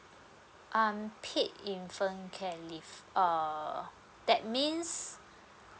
unpaid infant care leave uh that means